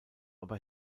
aber